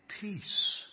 peace